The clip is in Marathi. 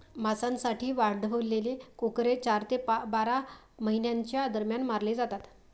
मांसासाठी वाढवलेले कोकरे चार ते बारा महिन्यांच्या दरम्यान मारले जातात